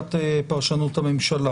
לשיטת פרשנות הממשלה.